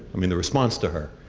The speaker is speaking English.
i mean the response to her,